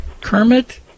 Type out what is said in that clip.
Kermit